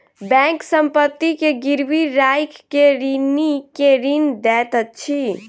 bank संपत्ति के गिरवी राइख के ऋणी के ऋण दैत अछि